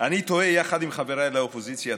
אני תוהה יחד עם חבריי לאופוזיציה,